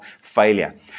failure